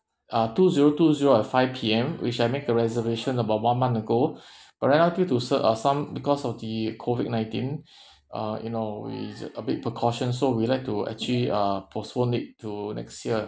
uh two zero two zero at five P_M which I make the reservation about one month ago but right now due to cer~ uh some because of the COVID nineteen uh you know it's a bit precaution so we like to actually uh postpone it to next year